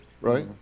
right